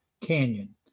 Canyon